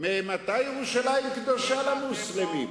ממתי ירושלים קדושה למוסלמים?